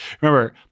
remember